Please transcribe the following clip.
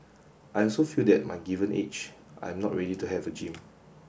I also feel that my given age I'm not ready to have a gym